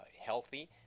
healthy